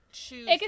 choose